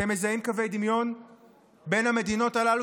אתם מזהים קווי דמיון בין המדינות הללו